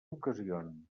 ocasions